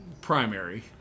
primary